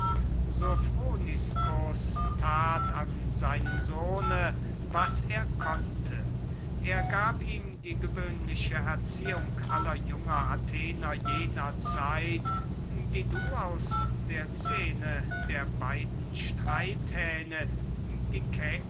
sofroniskus that an seinem sohne was er konnte er gab ihm die gewöhnliche erziehung aller jungen athener jener zeit die du aus der scene der beiden